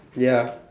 ya